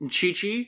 Chi-Chi